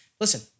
Listen